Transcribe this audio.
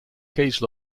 case